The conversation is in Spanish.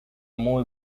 muy